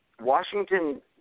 Washington